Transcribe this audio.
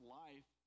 life